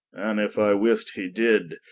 and if i wish he did.